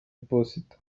iposita